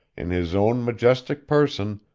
in his own majestic person,